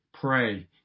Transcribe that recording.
Pray